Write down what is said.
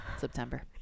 september